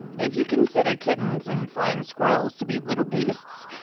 if you consider kittens and flying squirrels to be little beasts.